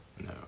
No